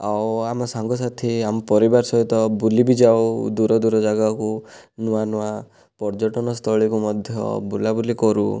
ଆଉ ଆମ ସାଙ୍ଗ ସାଥି ଆମ ପରିବାର ସହିତ ବୁଲି ବି ଯାଉ ଦୂର ଦୂର ଜାଗାକୁ ନୂଆ ନୂଆ ପର୍ଯ୍ୟଟନସ୍ଥଳୀକୁ ମଧ୍ୟ ବୁଲାବୁଲି କରୁ